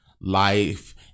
Life